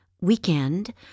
weekend